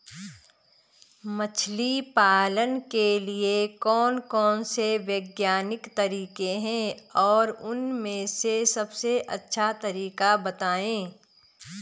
मछली पालन के लिए कौन कौन से वैज्ञानिक तरीके हैं और उन में से सबसे अच्छा तरीका बतायें?